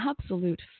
absolute